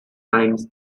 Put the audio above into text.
times